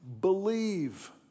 Believe